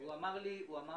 הוא אמר לי שהוא